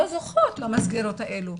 לא זוכות למסגרות האלו.